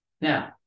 Now